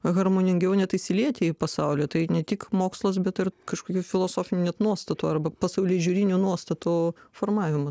harmoningiau net įsilieti į pasaulį tai ne tik mokslas bet ir kažkokių filosofinių net nuostatų arba pasaulėžiūrinių nuostatų formavimas